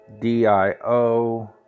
DIO